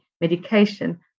medication